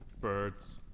Birds